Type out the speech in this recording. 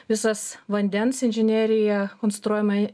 visas vandens inžinerija konstruojama